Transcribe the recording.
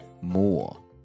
more